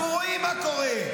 אנחנו רואים מה קורה.